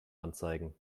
anzeigen